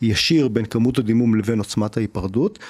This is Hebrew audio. ישיר בין כמות הדימום לבין עוצמת ההיפרדות.